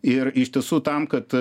ir iš tiesų tam kad